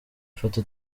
ifoto